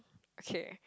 okay